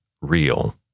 real